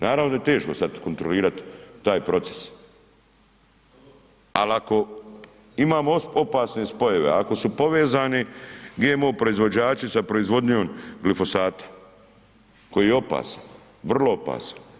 Naravno da je teško sad kontrolirati taj proces, ali ako imamo opasne spojeve, ako su povezani GMO proizvođači sa proizvodnjom glifosata koji je opasan, vrlo opasan.